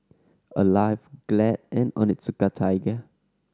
Alive Glad and Onitsuka Tiger